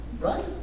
right